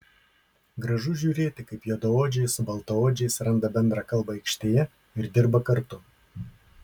gražu žiūrėti kaip juodaodžiai su baltaodžiais randa bendrą kalbą aikštėje ir dirba kartu